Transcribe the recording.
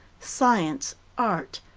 science, art,